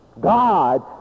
God